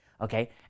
okay